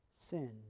sin